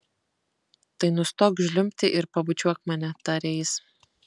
tai nustok žliumbti ir pabučiuok mane tarė jis